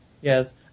Yes